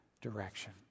direction